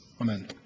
amen